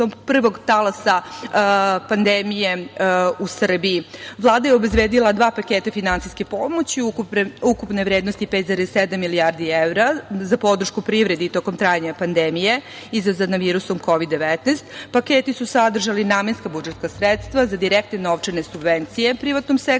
prvog talasa pandemije u Srbiji. Vlada je obezbedila dva paketa finansijske pomoći, ukupne vrednosti 5,7 milijardi evra za podršku privredi tokom trajanja pandemije izazvane virusom Kovid-19. Paketi su sadržali namenska budžetska sredstva za direktne novčane subvencije u privatnom sektoru,